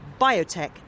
biotech